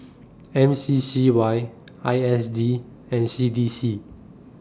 M C C Y I S D and C D C